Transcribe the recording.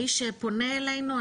מי שפונה אלינו,